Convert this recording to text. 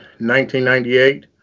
1998